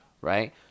Right